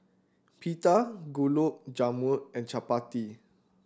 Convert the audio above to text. Pita Gulab Jamun and Chapati